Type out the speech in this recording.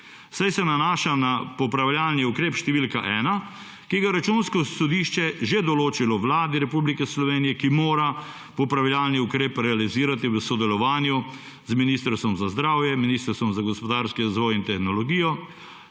saj se nanaša na popravljalni ukrep številka ena, ki ga Računsko sodišče že določilo Vladi Republike Slovenije, ki mora popravljalni ukrep realizirati v sodelovanju z Ministrstvom za zdravje, Ministrstvom za gospodarski razvoj in tehnologijo